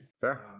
fair